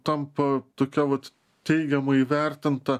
tampa tokia vat teigiamai įvertinta